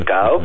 go